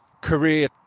career